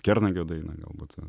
kernagio dainą galbūt